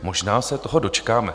Možná se toho dočkáme.